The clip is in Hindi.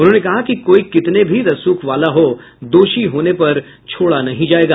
उन्होंने कहा कि कोई कितने भी रसूख वाला हो दोषी होने पर छोड़ा नहीं जायेगा